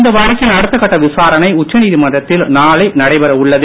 இந்த வழக்கின் அடுத்த கட்ட விசாரணை உச்சநீதிமன்றத்தில் நாளை நடைபெற உள்ளது